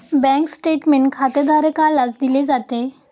bank statement खातेधारकालाच दिले जाते